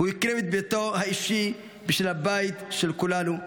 הוא הקריב את ביתו האישי בשביל הבית של כולנו.